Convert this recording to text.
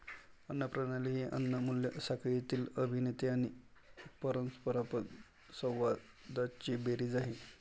अन्न प्रणाली ही अन्न मूल्य साखळीतील अभिनेते आणि परस्परसंवादांची बेरीज आहे